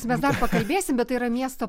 mes dar pakalbėsim bet tai yra miesto